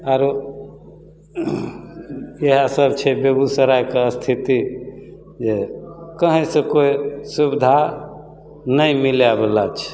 आओर इएहसब छै बेगूसरायके इस्थिति जे कहीँसे कोइ सुविधा नहि मिलैवला छै